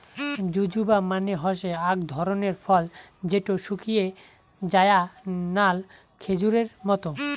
জুজুবা মানে হসে আক ধরণের ফল যেটো শুকিয়ে যায়া নাল খেজুরের মত